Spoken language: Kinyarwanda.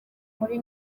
muri